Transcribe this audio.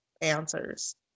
answers